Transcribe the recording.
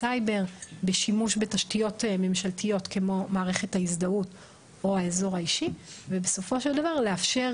אז אין פה תאריך שאנחנו אומרים שעד אליו שום דבר לא נמצא